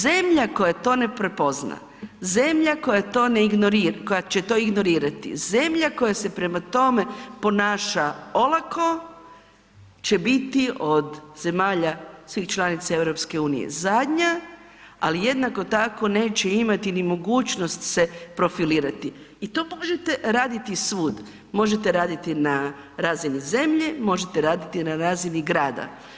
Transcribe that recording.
Zemlja koja to ne prepozna, zemlja koja to ne ignorira, koja će to ignorirati, zemlja koja se prema tome ponaša olako će biti od zemalja svih članica EU zadnja, ali jednako tako neće imati ni mogućnost se profilirati i to možete raditi svud, možete raditi na razini zemlje, možete raditi na razini grada.